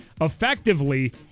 Effectively